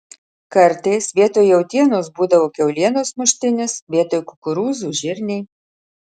kartais vietoj jautienos būdavo kiaulienos muštinis vietoj kukurūzų žirniai